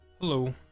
hello